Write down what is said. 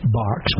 box